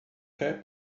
quer